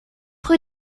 rue